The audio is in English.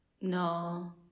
No